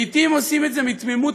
לעתים עושים את זה מתמימות,